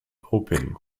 hoping